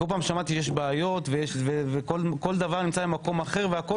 כול הזמן שמעתי שיש בעיות וכול דבר נמצא במקום אחר והכול